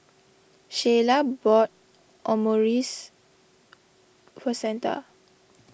Sheyla bought Omurice for Santa